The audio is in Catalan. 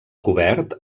cobert